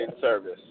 service